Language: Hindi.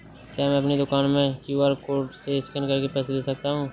क्या मैं अपनी दुकान में क्यू.आर कोड से स्कैन करके पैसे ले सकता हूँ?